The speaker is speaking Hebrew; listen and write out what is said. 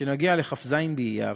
שנגיע לכ"ז באייר